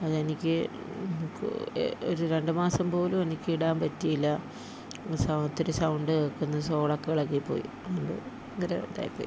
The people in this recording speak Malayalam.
അതെനിക്ക് ഒരു രണ്ട് മാസം പോലും എനിക്ക് ഇടാൻ പറ്റിയില്ല ഒത്തിരി സൗണ്ട് കേൾക്കുന്ന് സോള് ഒക്കെ ഇളകിപ്പോയി അതുകൊണ്ട് ഭയങ്കര ഇതായിപ്പോയി